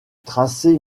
tracé